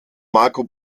marco